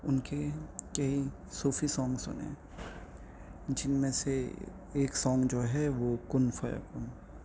ان کے کئی صوفی سانگ سنیں جن میں سے ایک سانگ جو ہے وہ کن فیکون